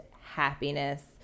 happiness